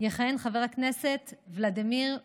יכהן חבר הכנסת ולדימיר בליאק,